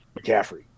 McCaffrey